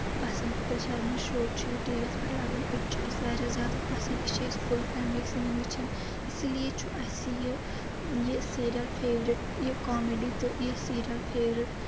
پسنٛد کٔپِل شرما شو چھُ یہِ ٹی وی یَس پؠٹھ لَگان یہِ تہِ چھُ اَسہِ واریاہ زیادٕ پَسنٛد یہِ چھِ أسۍ فُل فیملی سٲنۍ وٕچھان اسی لیے چھُ اَسہِ یہِ یہِ سیٖریل فیورِٹ یہِ کامیڈی تہٕ یہِ سیٖریل فیورِٹ